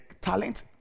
talent